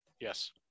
Yes